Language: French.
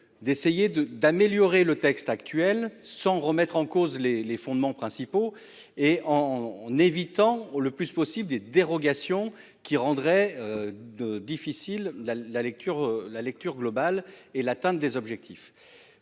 d'essayer de d'améliorer le texte actuel sans remettre en cause les les fondements principaux et en évitant le plus possible des dérogations qui rendrait. De difficile. La lecture, la lecture globale et l'atteinte des objectifs